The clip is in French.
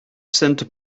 sainte